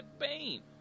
Bane